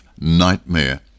nightmare